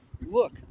Look